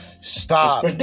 Stop